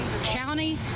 county